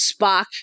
Spock